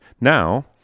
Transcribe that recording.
Now